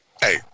hey